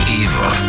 evil